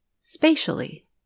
spatially